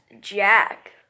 jack